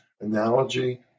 analogy